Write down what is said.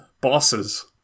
bosses